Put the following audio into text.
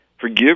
Forgive